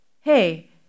hey